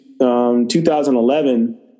2011